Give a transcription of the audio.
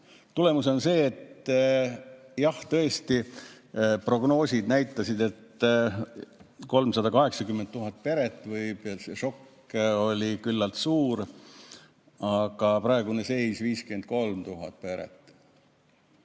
Tulemus on see, et jah, tõesti prognoosid näitasid, et 380 000 peret võib [esitada taotluse] ja see šokk oli küllalt suur, aga praegune seis on 53 000 peret.